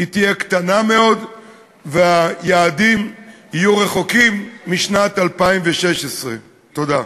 תהיה קטנה מאוד והיעדים יהיו רחוקים משנת 2016. תודה.